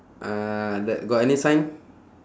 uh t~ got any sign